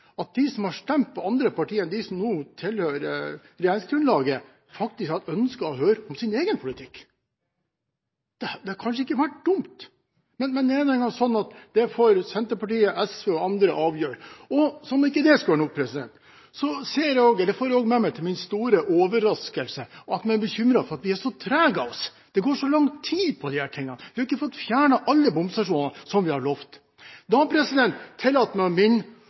at de som har stemt på andre partier enn på dem som nå tilhører regjeringsgrunnlaget, har ønsket å høre om disse partienes egen politikk. Det hadde kanskje ikke vært dumt, men det er nå engang sånn at det får Senterpartiet, SV og andre avgjøre. Og som om ikke det skulle være nok, ser jeg også til min store overraskelse at man er bekymret over at vi er så trege av oss – det går så lang tid med disse tingene, vi har jo ikke fått fjernet alle bomstasjonene, som vi har lovt. Da tillater jeg meg